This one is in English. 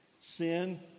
Sin